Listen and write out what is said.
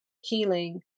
healing